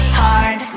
hard